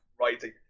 writing